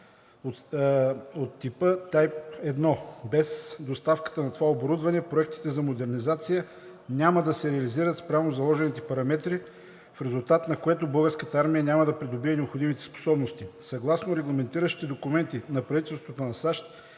от типа „Type 1“. Без доставката на това оборудване проектите за модернизация няма да се реализират спрямо заложените параметри, в резултат на което Българската армия няма да придобие необходимите способности. Съгласно регламентиращите документи на правителството на САЩ